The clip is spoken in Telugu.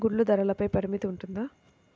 గుడ్లు ధరల పై పరిమితి ఉంటుందా?